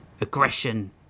Aggression